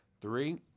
Three